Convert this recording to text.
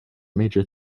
major